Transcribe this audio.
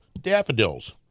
daffodils